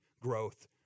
growth